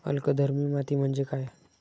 अल्कधर्मी माती म्हणजे काय?